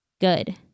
good